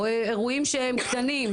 אירועים קטנים,